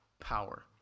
power